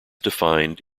defined